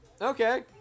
okay